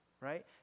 right